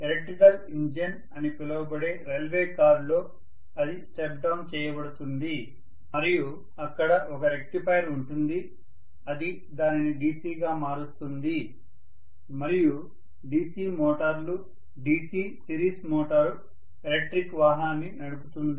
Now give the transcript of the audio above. electric engine అని పిలువబడే railway కారులో అది స్టెప్ డౌన్ చేయబడుతుంది మరియు అక్కడ ఒక రెక్టిఫైయర్ ఉంటుంది అది దానిని DC గా మారుస్తుంది మరియు DC మోటార్లు DC సిరీస్ మోటారు ఎలక్ట్రిక్ వాహనాన్ని నడుపుతుంది